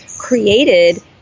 created